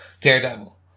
Daredevil